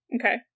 okay